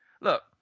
look